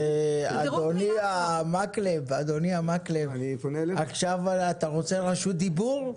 אדוני מקלב, עכשיו אתה רוצה רשות דיבור?